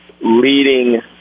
leading